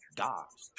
dogs